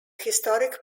historic